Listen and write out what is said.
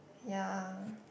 ya